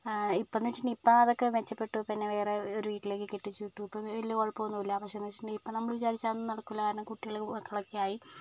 ഇപ്പോഴെന്ന് വെച്ചിട്ടുണ്ടെങ്കിൽ ഇപ്പോൾ അതൊക്കെ മെച്ചപ്പെട്ടു പിന്നെ വേറെ ഒരു വീട്ടിലേക്ക് കെട്ടിച്ചു വിട്ടു വലിയ കുഴപ്പം ഒന്നുമില്ലാ പക്ഷേ ഇപ്പോൾ നമ്മൾ വിചാരിച്ചാൽ നടക്കില്ല കാരണം കുട്ടികൾ മക്കളൊക്കെയായി